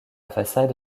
façade